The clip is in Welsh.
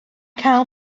cael